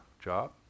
job